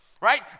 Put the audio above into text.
right